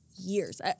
years